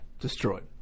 destroyed